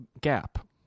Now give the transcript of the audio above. gap